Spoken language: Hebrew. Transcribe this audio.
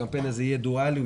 הקמפיין הזה יהיה דואלי,